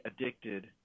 addicted